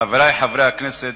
חברי חברי הכנסת,